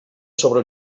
sobre